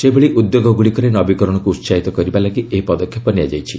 ସେହିଭଳି ଉଦ୍ୟୋଗଗୁଡ଼ିକରେ ନବୀକରଣକୁ ଉସାହିତ କରିବା ପାଇଁ ଏହି ପଦକ୍ଷେପ ନିଆଯାଇଛି